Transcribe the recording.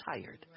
tired